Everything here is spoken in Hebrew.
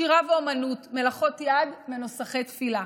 שירה ואומנות, מלאכות יד ונוסחי תפילה.